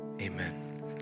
Amen